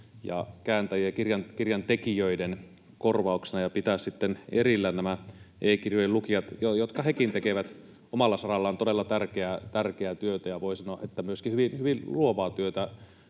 ja kääntäjien ja kirjan tekijöiden korvauksena ja pitää sitten erillään nämä e-kirjojen lukijat — jotka hekin tekevät omalla sarallaan todella tärkeää työtä ja, voi sanoa, myöskin hyvin luovaa työtä.